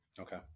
Okay